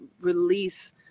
release